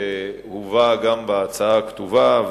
שהובא גם בהצעה הכתובה,